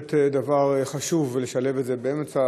באמת חשוב לשלב את זה באמצע,